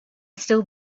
still